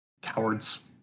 Cowards